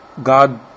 God